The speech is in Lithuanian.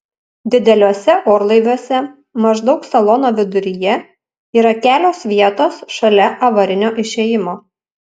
dideliuose orlaiviuose maždaug salono viduryje yra kelios vietos šalia avarinio išėjimo